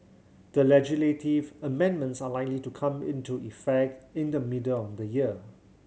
the legislative amendments are likely to come into effect in the middle of the year